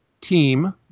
team